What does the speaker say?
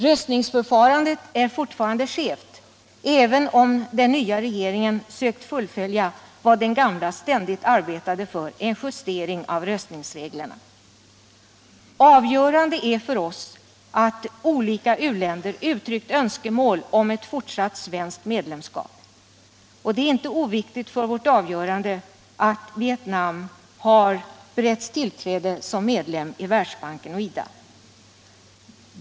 Röstningsförfarandet är fortfarande skevt, även om den nya regeringen sökt fullfölja vad den gamla ständigt arbetade för: en justering av röstningsreglerna. Avgörande är för oss att olika u-länder uttryckt önskemål om ett fortsatt svenskt medlemskap, och det är inte heller oviktigt att Vietnam har beretts tillträde som medlem av Världsbanken och IDA.